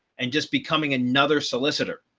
and just becoming another solicitor.